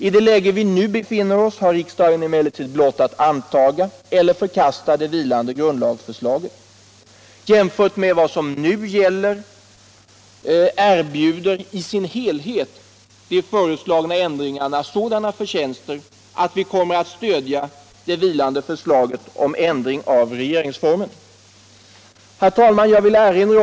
I det läge vari vi nu befinner oss har riksdagen emellertid blott att anta eller förkasta det vilande grundlagsförslaget. Jämfört med vad som nu gäller erbjuder de föreslagna ändringarna sådana förtjänster att vi kommer att stödja det vilande förslaget om ändring av regeringsformen.